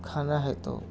کھانا ہے تو